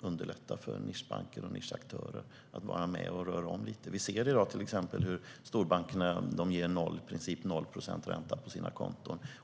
underlätta för nischbanker och nischaktörer att vara med och röra om lite. Vi ser nu hur storbankerna ger i princip noll procents ränta på kundernas konton.